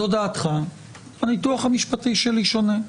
-- זו דעתך, הניתוח המשפטי שלי שונה.